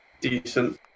Decent